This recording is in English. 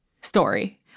story